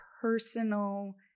personal